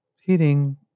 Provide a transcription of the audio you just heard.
heating